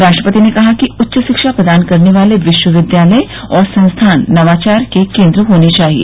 राष्ट्रपति ने कहा कि उच्च शिक्षा प्रदान करने वाले विश्वविद्यालय और संस्थान नवाचार के केंद्र होने चाहिए